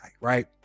right